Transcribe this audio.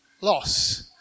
loss